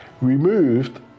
removed